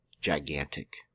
gigantic